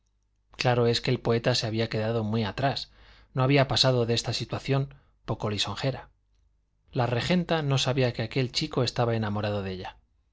claro es que el poeta se había quedado muy atrás no había pasado de esta situación poco lisonjera la regenta no sabía que aquel chico estaba enamorado de ella